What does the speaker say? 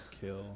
kill